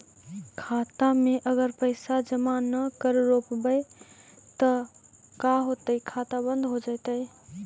खाता मे अगर पैसा जमा न कर रोपबै त का होतै खाता बन्द हो जैतै?